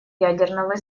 ядерного